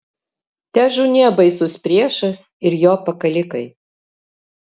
težūnie baisus priešas ir jo pakalikai